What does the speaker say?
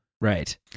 Right